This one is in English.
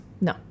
no